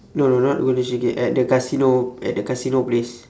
no no not golden shiki at the casino at the casino place